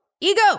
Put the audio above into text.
Ego